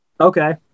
Okay